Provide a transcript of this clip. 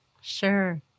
Sure